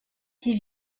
qui